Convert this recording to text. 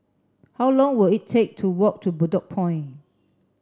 how long will it take to walk to Bedok Point